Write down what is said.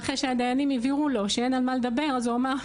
ואחרי שהדיינים הבהירו לו שאין על מה לדבר הוא אמר,